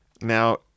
Now